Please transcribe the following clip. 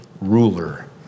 ruler